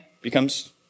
becomes